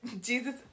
Jesus